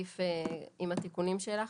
את יכולה להקריא שוב את הסעיף עם התיקונים שלך?